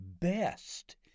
best